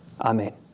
Amen